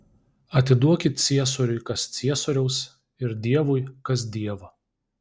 atiduokit ciesoriui kas ciesoriaus ir dievui kas dievo